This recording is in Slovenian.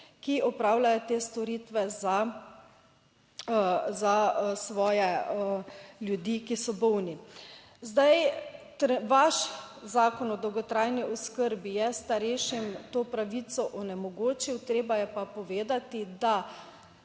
ki opravljajo te storitve za, za svoje ljudi, ki so bolni. Zdaj, vaš zakon o dolgotrajni oskrbi je starejšim to pravico onemogočil, treba je pa povedati, da